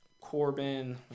Corbin